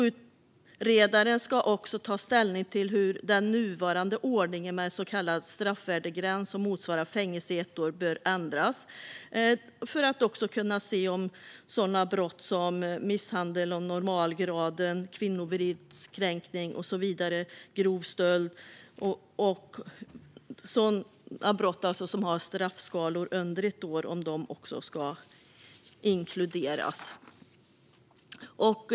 Utredaren ska också ta ställning till hur den nuvarande ordningen med en så kallad straffvärdegräns som motsvarar fängelse i ett år bör ändras. Syftet är att undersöka om brott som misshandel av normalgraden, kvinnofridskränkning, grov stöld och så vidare, som har straffskalor under ett år, också ska inkluderas.